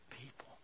people